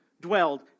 dwelled